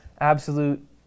absolute